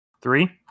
Three